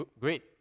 great